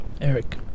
Eric